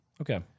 Okay